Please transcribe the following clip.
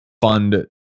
fund